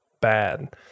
bad